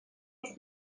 است